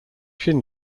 shin